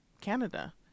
Canada